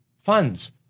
funds